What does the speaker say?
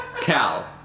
Cal